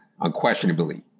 unquestionably